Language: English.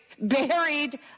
Buried